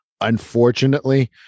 Unfortunately